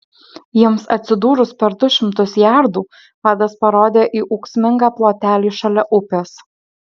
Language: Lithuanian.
jiems atsidūrus per du šimtus jardų vadas parodė į ūksmingą plotelį šalia upės